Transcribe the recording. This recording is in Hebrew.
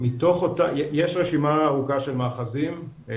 יש רשימה ארוכה של מאחזים,